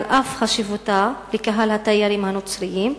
על אף חשיבותה לקהל התיירים הנוצרים?